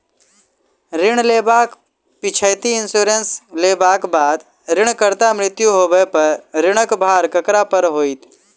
ऋण लेबाक पिछैती इन्सुरेंस लेबाक बाद ऋणकर्ताक मृत्यु होबय पर ऋणक भार ककरा पर होइत?